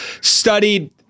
studied